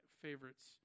favorites